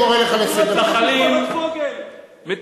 חבר הכנסת בן-ארי, אני קורא לך לסדר פעם ראשונה.